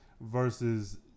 versus